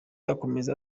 akomeza